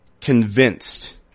convinced